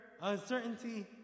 uncertainty